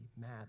mad